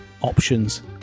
options